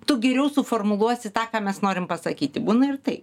tu geriau suformuluosi tą ką mes norim pasakyti būna ir taip